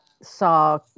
saw